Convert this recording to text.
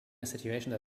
situation